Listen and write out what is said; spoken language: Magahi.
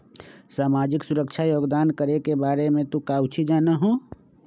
सामाजिक सुरक्षा योगदान करे के बारे में तू काउची जाना हुँ?